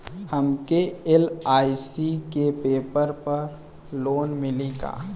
हमके एल.आई.सी के पेपर पर लोन मिली का?